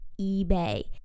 ebay